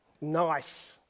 Nice